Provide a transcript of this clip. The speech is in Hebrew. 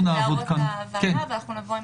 נבוא עם